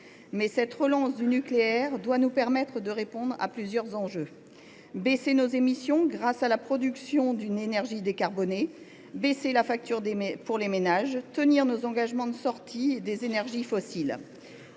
Mais cette relance du nucléaire doit nous permettre de répondre à plusieurs enjeux : réduire nos émissions grâce à la production d’une énergie décarbonée ; baisser la facture pour les ménages ; tenir nos engagements de sortie des énergies fossiles